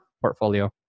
portfolio